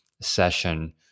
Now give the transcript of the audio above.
session